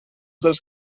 dels